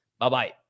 Bye-bye